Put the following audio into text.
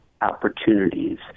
opportunities